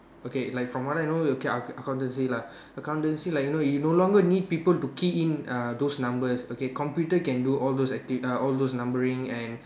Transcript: okay like from what I know okay accountancy lah accountancy like you know you no longer need people to key in uh those numbers okay computer can do all those activities uh all those numbering and